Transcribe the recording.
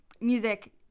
music